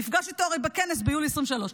הרי נפגש איתו בכנס ביולי 2023,